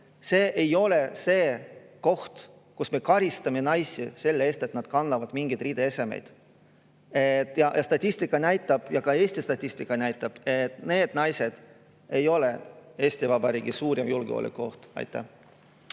ei ole see koht, kus me karistame naisi selle eest, et nad kannavad mingeid riideesemeid. Statistika näitab, ka Eesti statistika näitab, et need naised ei ole Eesti Vabariigi suurim julgeolekuoht. Minu